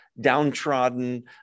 downtrodden